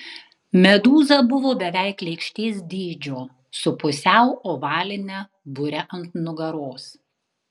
medūza buvo beveik lėkštės dydžio su pusiau ovaline bure ant nugaros